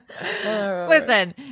Listen